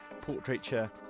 Portraiture